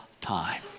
time